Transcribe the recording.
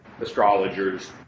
astrologers